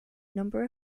number